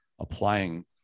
applying